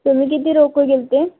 तुम्ही किती लोक गेले होते